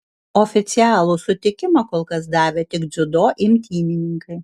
oficialų sutikimą kol kas davė tik dziudo imtynininkai